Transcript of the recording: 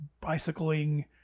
bicycling